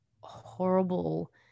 horrible